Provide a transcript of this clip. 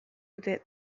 dute